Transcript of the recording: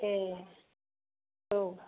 ए औ